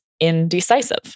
indecisive